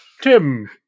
Tim